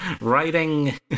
writing